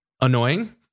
annoying